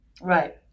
Right